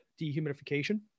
dehumidification